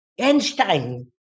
Einstein